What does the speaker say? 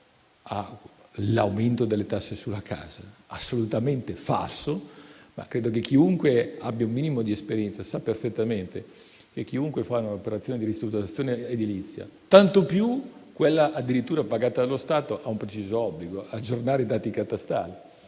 all'aumento delle tasse sulla casa. È assolutamente falso. Ma credo che chiunque abbia un minimo di esperienza sappia perfettamente che chiunque fa un'operazione di ristrutturazione edilizia, tanto più quella addirittura pagata dallo Stato, ha un preciso obbligo: aggiornare i dati catastali.